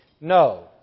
No